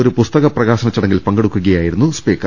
ഒരു പുസ്തക പ്രകാ ശന ചടങ്ങിൽ പങ്കെടുക്കുകയായിരുന്നു സ്പീക്കർ